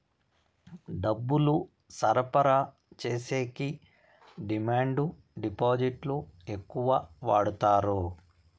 డబ్బులు సరఫరా చేసేకి డిమాండ్ డిపాజిట్లు ఎక్కువ వాడుతారు